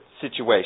situation